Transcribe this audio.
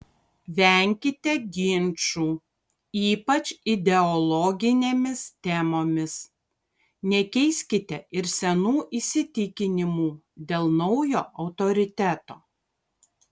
venkite ginčų ypač ideologinėmis temomis nekeiskite ir senų įsitikinimų dėl naujo autoriteto